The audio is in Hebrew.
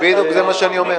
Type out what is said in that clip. בדיוק, זה מה שאני אומר.